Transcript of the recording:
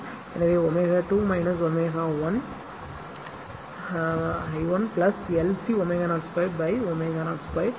எனவே ω2 ω 1 1 LC ω0 2 ω0 2 C